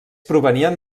provenien